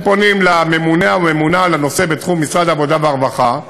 הם פונים לממונֶה או הממונָה על הנושא בתחום במשרד העבודה והרווחה,